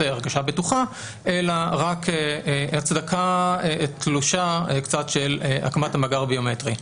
ההרכשה הבטוחה אלא רק הצדקה תלושה קצת של הקמת המאגר הביומטרי.